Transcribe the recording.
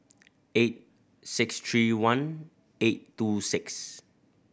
eight six three one eight two six